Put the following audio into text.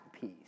piece